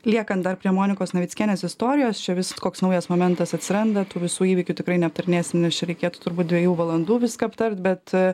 liekant dar prie monikos navickienės istorijos čia vis koks naujas momentas atsiranda tų visų įvykių tikrai neaptarinėsim nes čia reikėtų turbūt dviejų valandų viską aptart bet